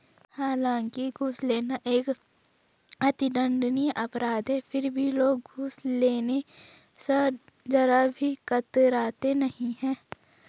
हालांकि घूस लेना एक अति दंडनीय अपराध है फिर भी लोग घूस लेने स जरा भी कतराते नहीं है